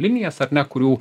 linijas ar ne kurių